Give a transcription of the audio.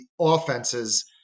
offenses